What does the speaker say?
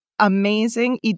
amazing